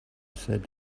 said